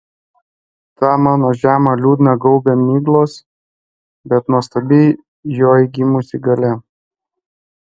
tą mano žemę liūdną gaubia miglos bet nuostabi joj gimusi galia